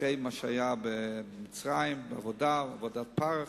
אחרי מה שהיה במצרים, בעבודת פרך,